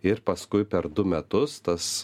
ir paskui per du metus tas